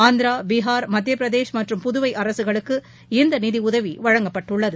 ஆந்திரா பீகார் மத்தியபிரதேஷ் மற்றும் புதுவைஅரசுகளுக்கு இந்தநிதிஉதவிவழங்கப்பட்டுள்ளது